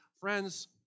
Friends